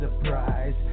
surprise